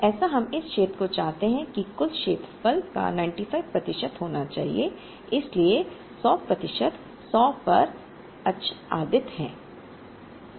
ऐसा हम इस क्षेत्र को चाहते हैं कुल क्षेत्रफल का 95 प्रतिशत होना चाहिए इसलिए 100 प्रतिशत 100 पर आच्छादित है